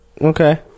Okay